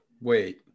wait